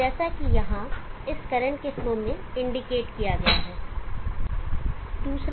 तो जैसा कि यहाँ इस करंट के फ्लो में इंडिकेट किया गया है